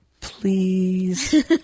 please